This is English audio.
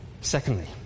Secondly